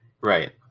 Right